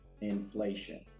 inflation